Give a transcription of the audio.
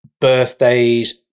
birthdays